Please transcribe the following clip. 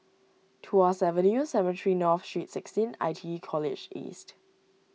Tuas Avenue Cemetry North Street sixteen I T E College East